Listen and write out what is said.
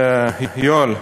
יואל,